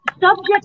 subject